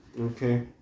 Okay